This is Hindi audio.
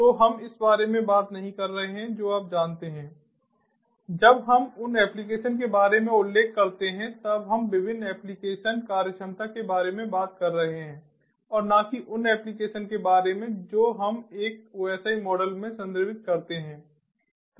तो हम इस बारे में बात नहीं कर रहे हैं जो आप जानते हैं जब हम उन एप्लीकेशन के बारे में उल्लेख करते हैं तब हम विभिन्न एप्लीकेशन कार्यक्षमता के बारे में बात कर रहे हैं और न कि उन एप्लीकेशन के बारे में जो हम एक OSI मॉडल में संदर्भित करते थे